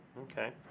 Okay